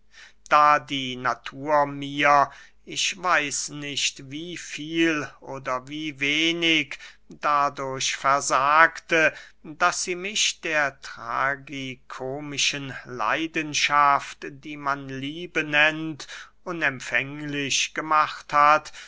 da die natur mir ich weiß nicht wie viel oder wie wenig dadurch versagte daß sie mich der tragikomischen leidenschaft die man liebe nennt unempfänglich gemacht hat